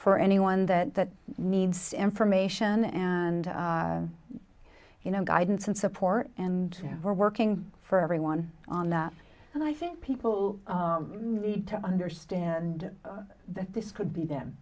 for anyone that that needs information and you know guidance and support and we're working for everyone on that and i think people need to understand that this could be them